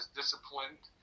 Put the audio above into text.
disciplined